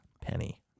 penny